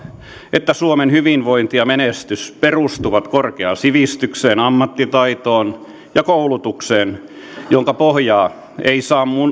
että suomen hyvinvointi ja menestys perustuvat korkeaan sivistykseen ammattitaitoon ja koulutukseen jonka pohjaa ei saa